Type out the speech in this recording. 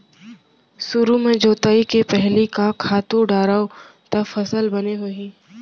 सुरु म जोताई के पहिली का खातू डारव त फसल बने होही?